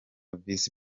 visi